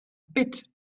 bit